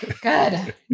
Good